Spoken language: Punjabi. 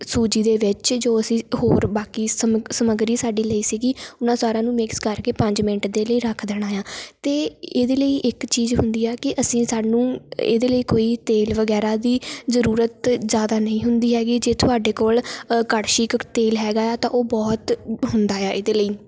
ਸੂਜੀ ਦੇ ਵਿੱਚ ਜੋ ਅਸੀਂ ਹੋਰ ਬਾਕੀ ਸਮੱ ਸਮੱਗਰੀ ਸਾਡੀ ਲਈ ਸੀਗੀ ਉਹਨਾਂ ਸਾਰਿਆਂ ਨੂੰ ਮਿਕਸ ਕਰਕੇ ਪੰਜ ਮਿੰਟ ਦੇ ਲਈ ਰੱਖ ਦੇਣਾ ਆ ਅਤੇ ਇਹਦੇ ਲਈ ਇੱਕ ਚੀਜ਼ ਹੁੰਦੀ ਆ ਕਿ ਅਸੀਂ ਸਾਨੂੰ ਇਹਦੇ ਲਈ ਕੋਈ ਤੇਲ ਵਗੈਰਾ ਦੀ ਜ਼ਰੂਰਤ ਜ਼ਿਆਦਾ ਨਹੀਂ ਹੁੰਦੀ ਹੈਗੀ ਜੇ ਤੁਹਾਡੇ ਕੋਲ ਕੜਛੀ ਕੁ ਤੇਲ ਹੈਗਾ ਹੈ ਤਾਂ ਉਹ ਬਹੁਤ ਹੁੰਦਾ ਹੈ ਇਹਦੇ ਲਈ